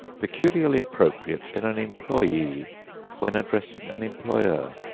peculiarly appropriate in an employee when addressing an employer.